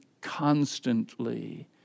constantly